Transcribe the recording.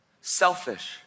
selfish